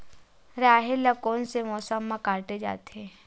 राहेर ल कोन से मौसम म काटे जाथे?